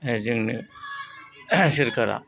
जोंनो सोरखारा